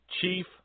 chief